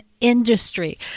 industry